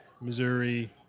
Missouri